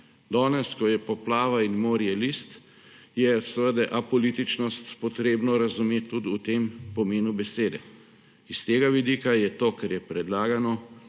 Danes, ko je poplava in morje list, je seveda apolitičnost potrebno razumeti tudi v tem pomenu besede. S tega vidika je to, kar je predlagano,